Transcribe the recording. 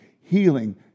healing